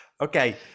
Okay